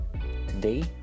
Today